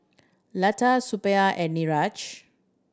Lata Suppiah and Niraj